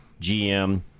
GM